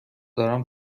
دارم